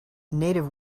native